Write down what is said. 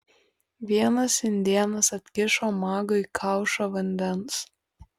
vienas indėnas atkišo magui kaušą vandens